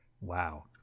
wow